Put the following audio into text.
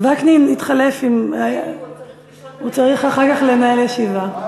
וקנין צריך אחר כך לנהל ישיבה.